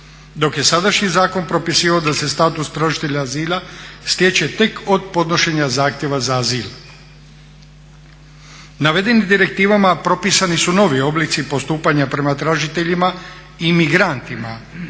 dok je sadašnji zakon propisivao da se status tražitelja azila stječe tek od podnošenja zahtjeva za azil. Navedenim direktivama propisani su novi oblici postupanja prema tražiteljima i migrantima